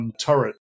turret